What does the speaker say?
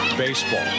baseball